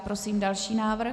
Prosím další návrh.